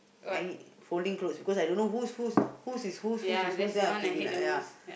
hang~ folding clothes because I don't know whose whose whose is whose whose is whose then I have to be like !aiya!